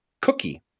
cookie